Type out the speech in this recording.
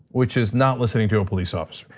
which is not listening to a police officer.